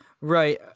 Right